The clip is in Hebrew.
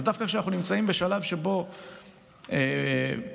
אז דווקא כשאנחנו נמצאים בשלב שבו מי